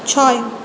ছয়